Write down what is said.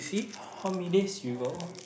how many days you go